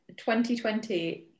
2020